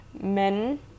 Men